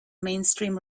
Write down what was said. mainstream